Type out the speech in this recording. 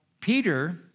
Peter